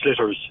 slitters